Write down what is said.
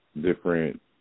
different